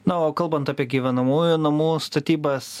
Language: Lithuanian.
na o kalbant apie gyvenamųjų namų statybas